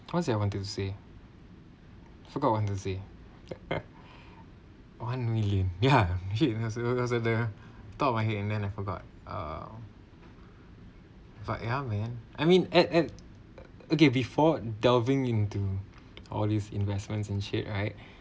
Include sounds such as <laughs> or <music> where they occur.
what was it I wanted to say forgot I want to say <laughs> one million <laughs> ya it was at the top of my head and then I forgot uh for ya man I mean at at okay before delving into all these investments in shit right